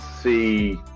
see